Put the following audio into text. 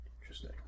Interesting